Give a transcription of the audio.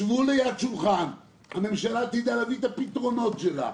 שבו ליד שולחן, הממשלה תדע להביא את הפתרונות שלה.